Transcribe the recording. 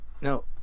no